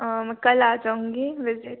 और मैं कल आ जाऊँगी विज़िट